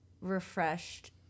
refreshed